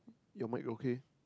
your mic okay